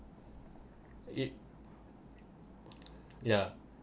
it yeah